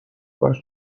باش